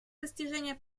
достижения